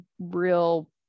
real